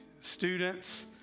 students